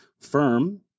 Firm